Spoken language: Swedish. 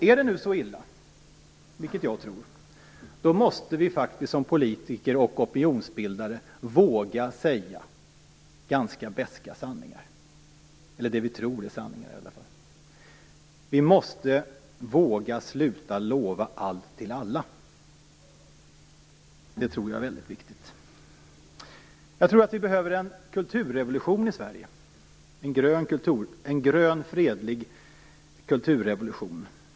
Är det så illa, vilket jag tror, måste vi som politiker och opinionsbildare våga säga ganska beska sanningar, eller i varje fall det vi tror är sanningar. Vi måste våga sluta lova allt till alla. Det tror jag är väldigt viktigt. Vi behöver en kulturrevolution i Sverige, en grön fredlig kulturrevolution.